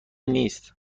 نیست